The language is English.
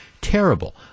terrible